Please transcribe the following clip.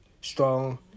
Strong